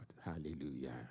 Hallelujah